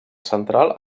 central